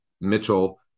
Mitchell